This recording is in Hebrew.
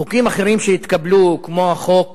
מלבד החוק הזה, התקבלו חוקים אחרים, כמו החוק